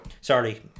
Sorry